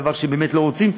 דבר שהם באמת לא רוצים,